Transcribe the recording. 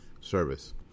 service